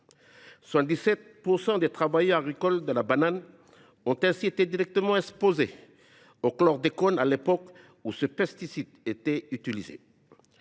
77 % des travailleurs agricoles de la banane ont été directement exposés au chlordécone à l’époque où ce pesticide était utilisé.